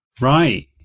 right